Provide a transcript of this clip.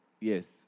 Yes